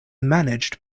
managed